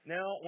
Now